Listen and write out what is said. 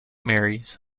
marys